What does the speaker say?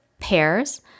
pears